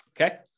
Okay